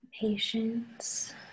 patience